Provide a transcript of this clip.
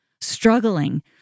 struggling